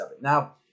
Now